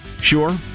Sure